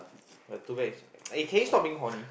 but too bad is eh can you stop being horny